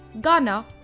Ghana